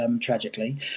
tragically